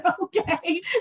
okay